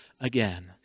again